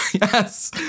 yes